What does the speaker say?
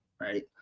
right